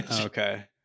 Okay